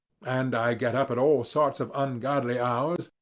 and i get up at all sorts of ungodly hours,